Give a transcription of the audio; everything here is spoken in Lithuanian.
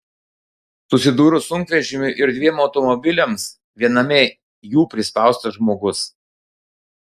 susidūrus sunkvežimiui ir dviem automobiliams viename jų prispaustas žmogus